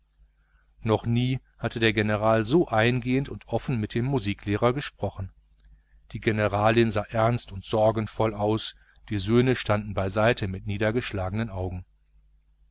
noch nie hatte der general so eingehend und offen mit dem musiklehrer gesprochen die generalin sah ernst und sorgenvoll aus die söhne standen beiseite mit niedergeschlagenen augen